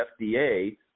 FDA